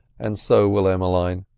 and so will emmeline.